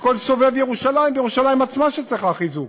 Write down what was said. וכל סובב-ירושלים, וירושלים עצמה, שצריכה חיזוק,